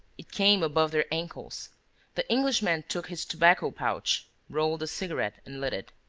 it came above their ankles the englishman took his tobacco-pouch, rolled a cigarette and lit it.